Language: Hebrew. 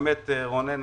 רונן,